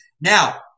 Now